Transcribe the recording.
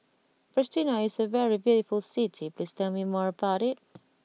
Pristina is a very beautiful city please tell me more about it